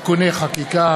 (תיקוני חקיקה),